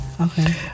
okay